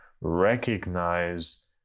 recognize